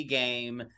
game